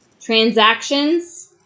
Transactions